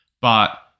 But-